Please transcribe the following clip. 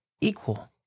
equal